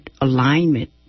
alignment